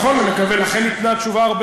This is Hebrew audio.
היא על הפיקוח של, נכון.